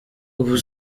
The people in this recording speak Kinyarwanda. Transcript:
ubu